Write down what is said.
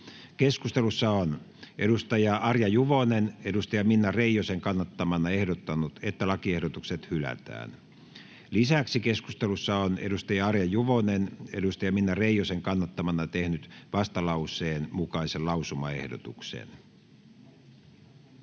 Keskustelussa on Arja Juvonen Minna Reijosen kannattamana ehdottanut, että lakiehdotukset hylätään. Lisäksi keskustelussa on Arja Juvonen Minna Reijosen kannattamana tehnyt vastalauseen mukaisen lausumaehdotuksen.